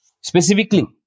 Specifically